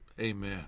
Amen